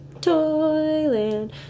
Toyland